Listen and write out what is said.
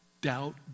doubt